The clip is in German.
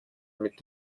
mit